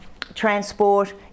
transport